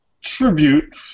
tribute